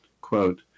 Quote